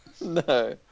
No